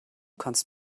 kannst